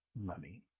money